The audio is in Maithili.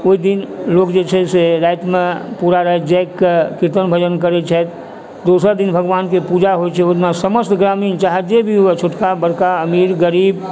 ओहि दिन लोक जे छै से रातिमे पूरा राति जागिकऽ कीर्तन भजन करै छथि दोसर दिन भगवानके पूजा होइत छै ओहि दिन समस्त ग्रामीण चाहे जे भी होइ छोटका बड़का अमीर गरीब